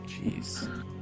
Jeez